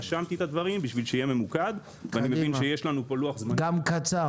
רשמתי את הדברים כדי להיות ממוקד ואני מבין שיש לנו פה לוח זמנים קצר.